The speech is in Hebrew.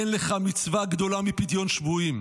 אין לך מצווה גדולה מפדיון שבויים,